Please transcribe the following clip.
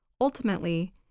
Ultimately